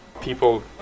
people